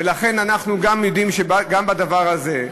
ולכן אנחנו יודעים שגם בדבר הזה,